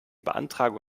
beantragung